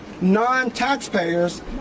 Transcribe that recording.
non-taxpayers